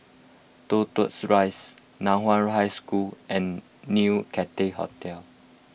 Toh Tuck Rise Nan Hua High School and New Cathay Hotel